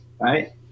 right